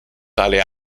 tale